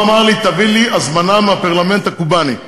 הוא אמר לי: תביא הזמנה מהפרלמנט הקובני.